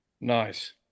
Nice